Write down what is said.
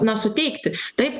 na suteikti taip